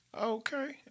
Okay